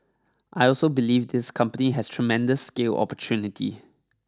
I also believe this company has tremendous scale opportunity